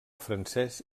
francès